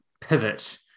pivot